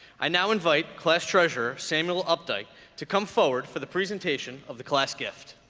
i now invite class treasurer samuel updike to come forward for the presentation of the class gift